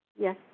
Yes